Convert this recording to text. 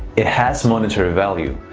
it has monetary value.